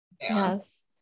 Yes